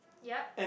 yup